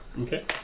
Okay